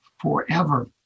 forever